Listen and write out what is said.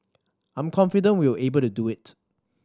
I'm confident we'll be able to do it